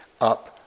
up